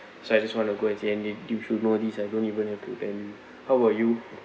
so I just want to go and see and you you should know this I don't even have to tell you how about you